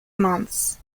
months